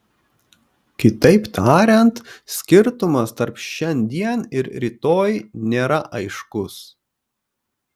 kitaip tariant skirtumas tarp šiandien ir rytoj nėra aiškus